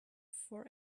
for